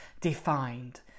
defined